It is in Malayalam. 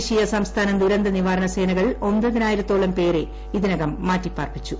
ദേശീയ സംസ്ഥാന ദുരന്തനിവാരണ സേനകൾ ഒമ്പതിനായിരത്തോളം പേരെ ഇതിനകം മാറ്റിപ്പാർപ്പിച്ചു